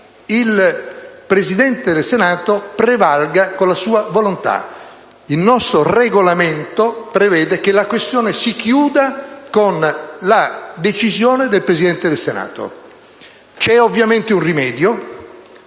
il Presidente del Senato prevalga con la sua volontà. Il nostro Regolamento prevede che la questione si chiuda con la decisione del Presidente del Senato. C'è ovviamente un rimedio